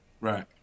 Right